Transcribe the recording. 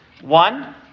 One